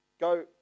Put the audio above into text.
Go